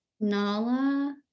Nala